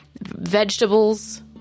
vegetables